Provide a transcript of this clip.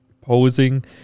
posing